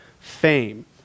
fame